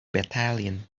battalion